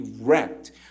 wrecked